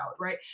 right